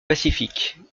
pacifique